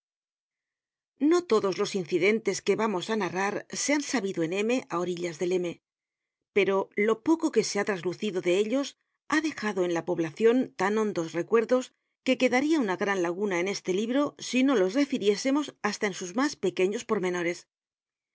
no todos los incidentes que vamos á narrar se han sabido en m á orillas del m pero lo poco que se ha traslucido de ellos ha dejado en la poblacion tan hondos recuerdos que quedaria una gran laguna en este libro si no los refiriésemos hasta en sus mas pequeños pormenores